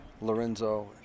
Lorenzo